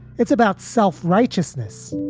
it's about self-righteousness